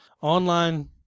online